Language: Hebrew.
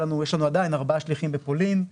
יש לנו עדיין ארבעה שליחים בפולין.